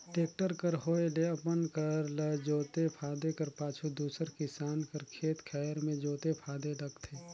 tractor कर होए ले अपन कर ल जोते फादे कर पाछू दूसर किसान कर खेत खाएर मे जोते फादे लगथे